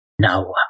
Now